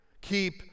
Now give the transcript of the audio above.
Keep